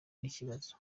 n’ikibazo